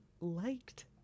liked